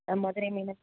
ஆ Madurai Meena